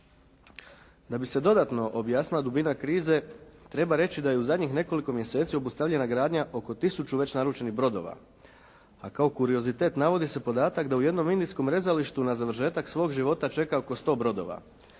Da bi se dodatno objasnila dubina krize, treba reći da je u zadnjih nekoliko mjeseci obustavljena gradnja oko tisuću već naručenih brodova, a kao kuriozitet navodi se podatak da u jednom …/Govornik se ne razumije./… rezalištu na završetak svog života čeka oko 100 brodova.